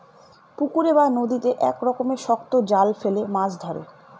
পুকুরে বা নদীতে এক রকমের শক্ত জাল ফেলে মাছ ধরে